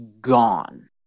gone